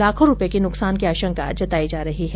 लाखों रुपये के नुकसान की आशंका जताई जा रही है